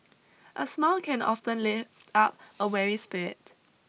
a smile can often lift up a weary spirit